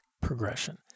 progression